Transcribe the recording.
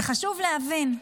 וחשוב להבין,